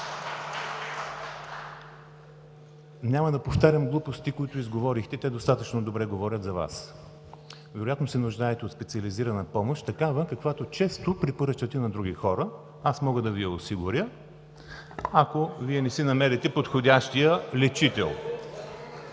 Няма да повтарям глупости, които изговорихте. Те достатъчно добре говорят за Вас. Вероятно се нуждаете от специализирана помощ, такава каквато често препоръчвате на други хора. Аз мога да Ви я осигуря, ако Вие не си намерите подходящия лечител.